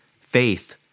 Faith